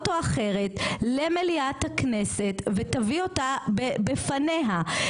או אחרת למליאת הכנסת ותביא אותה בפניה.